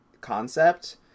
concept